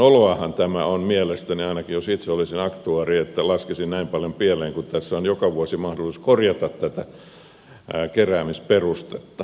no loahan tämä on mielestäni ainakin jos itse olisin aktuaari ja laskisin näin paljon pieleen kun tässä on joka vuosi mahdollisuus korjata tätä keräämisperustetta